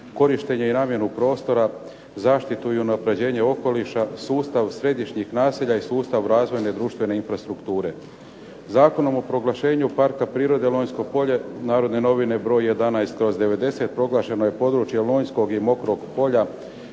korištenje i namjenu prostora, zaštitu i unapređenje okoliša, sustav središnjih naselja i sustav razvojne društvene infrastrukture. Zakonom o proglašenju Parka prirode Lonjsko polje "Narodne novine" br. 11/90. proglašeno je područje Lonjskog i Mokrog polja